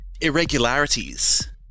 irregularities